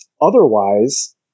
otherwise